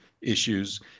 issues